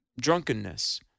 Drunkenness